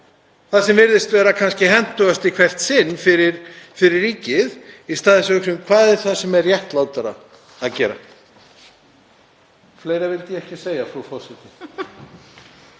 það sem virðist vera hentugast í hvert sinn fyrir ríkið í stað þess að hugsa um það sem er réttlátara að gera. — Fleira vildi ég ekki segja, frú forseti.